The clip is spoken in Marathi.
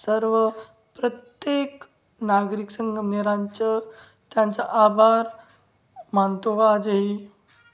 सर्व प्रत्येक नागरिक संगमनेरचा त्यांचा आभार मानतो का आजही